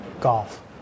golf